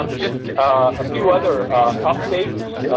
um just a few other updates.